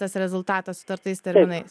tas rezultatas sutartais terminais